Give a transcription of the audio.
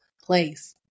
place